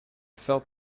felt